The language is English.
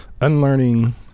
unlearning